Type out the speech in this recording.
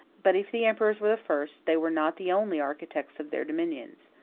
but if the emperors were the first, they were not the only architects of their dominions.